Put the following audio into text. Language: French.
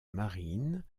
marine